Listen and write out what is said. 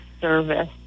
service